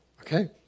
okay